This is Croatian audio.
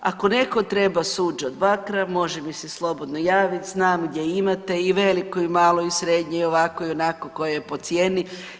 Ako netko treba netko suđe od bakra može mi se slobodno javiti, znam gdje imate i veliko i malo i srednje i ovakvo i onakvo, koje je po cijeni.